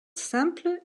simple